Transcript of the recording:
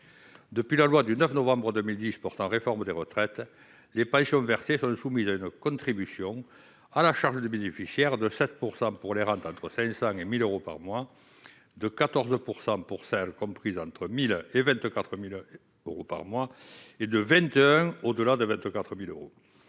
Depuis la loi du 9 novembre 2010 portant réforme des retraites, les pensions versées sont soumises à une contribution, à la charge du bénéficiaire, de 7 % pour les rentes comprises entre 500 et 1 000 euros par mois, de 14 % pour celles comprises entre 1 000 et 24 000 euros par mois, et de 21 % au-delà de 24 000 euros.